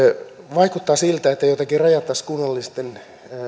vaikuttaa siltä että jotenkin rajattaisiin kunnallisten